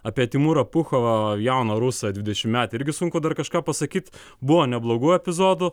apie timūrą puchovą jauną rusą dvidešimtmetį irgi sunku dar kažką pasakyt buvo neblogų epizodų